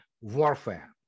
warfare